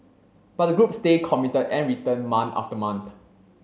but the group stay committed and returned month after month